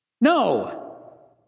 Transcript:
No